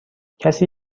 کسی